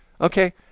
Okay